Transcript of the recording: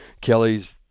kelly's